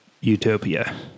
utopia